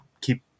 keep